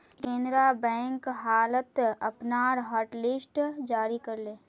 Canara bank हाल त अपनार हॉटलिस्ट जारी कर ले